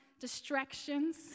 distractions